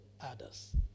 others